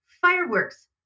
fireworks